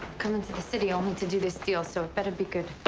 come into the city only to do this deal, so it better be good.